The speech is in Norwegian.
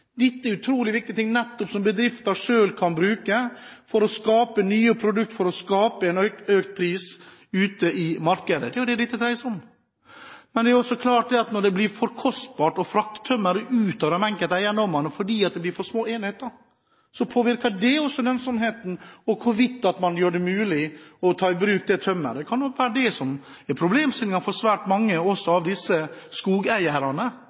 Dette er utrolig viktige ting som nettopp bedriftene selv kan bruke for å skape nye produkt og for å skape en økt pris ute i markedet. Det er jo det dette dreier seg om. Det er klart at når det blir for kostbart å frakte tømmeret ut av de enkelte eiendommene fordi det er for små enheter, så påvirker det også lønnsomheten og hvorvidt det er mulig å ta i bruk tømmeret. Det kan nok være det som er problemstillingen for svært mange – også for skogeierne